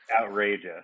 outrageous